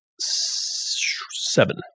seven